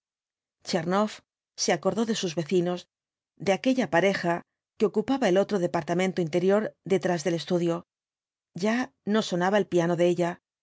tchernoff se acordó de sus vecinos de aquella pareja que cupaba el otro departamento interior detrás del estudio ya no sonaba el piano de ella